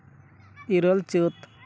ᱤᱨᱟᱹᱞ ᱪᱟᱹᱛ